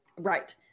Right